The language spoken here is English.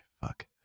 Fuck